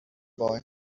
boy